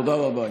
תודה רבה.